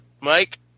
Mike